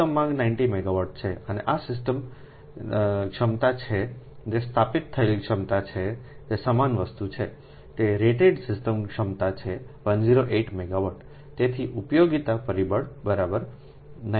મહત્તમ માંગ 90 મેગાવાટ છે અને આ સિસ્ટમ સિસ્ટમ ક્ષમતા છે જે સ્થાપિત થયેલ ક્ષમતા છે જે સમાન વસ્તુ છે તે રેટેડ સિસ્ટમ ક્ષમતા છે 108 મેગાવાટ તેથી ઉપયોગિતા પરિબળ 90108 0